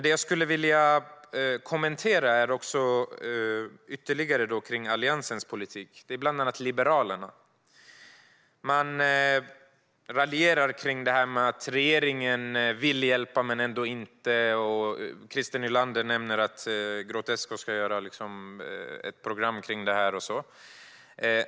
Jag vill ytterligare kommentera Alliansens och bland annat Liberalernas politik. Man raljerar kring detta med att regeringen vill hjälpa men ändå inte. Christer Nylander nämnde att Grotesco ska göra ett program kring detta.